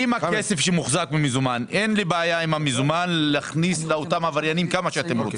עם המזומן להכניס לעבריינים כמה שאתם רוצים,